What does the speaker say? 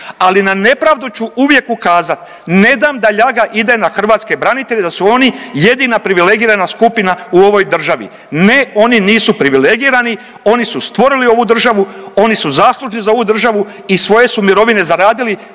ali na nepravdu ću uvijek ukazat, ne dam da ljaga ide na hrvatske branitelje da su oni jedina privilegirana skupina u ovoj državi, ne oni nisu privilegirani, oni su stvorili ovu državu, oni su zaslužni za ovu državu i svoje su mirovine zaradile